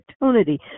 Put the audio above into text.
opportunity